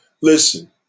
Listen